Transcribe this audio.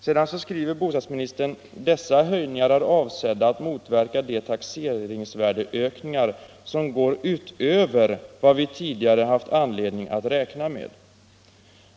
Sedan skriver bostadsministern: Dessa höjningar är avsedda att motverka de taxeringsvärdeökningar som går utöver vad vi tidigare haft anledning att räkna med.